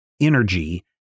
energy